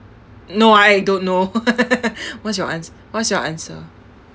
no I don't know what's your ans~ what's your answer